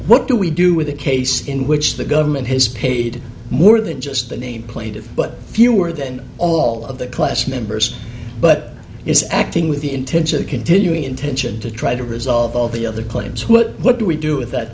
what do we do with a case in which the government has paid more than just the name plaintiff but fewer than all of the class members but is acting with the intention of continuing intention to try to resolve all the other claims what do we do with that